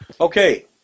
Okay